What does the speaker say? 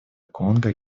конго